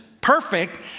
perfect